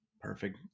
Perfect